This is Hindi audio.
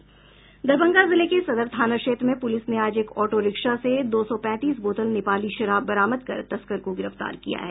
दरभंगा जिले के सदर थाना क्षेत्र में पुलिस ने आज एक ऑटो रिक्शा से दो सौ पैंतीस बोतल नेपाली शराब बरामद कर तस्कर को गिरफ्तार किया है